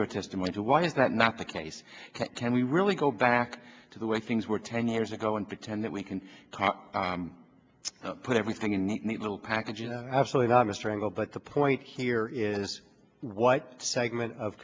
your testimony to why is that not the case can we really go back to the way things were ten years ago and pretend that we can put everything in neat little package you know absolutely not mr angle but the point here is what segment of